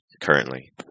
currently